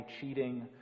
cheating